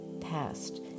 past